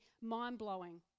mind-blowing